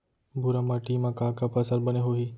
भूरा माटी मा का का फसल बने होही?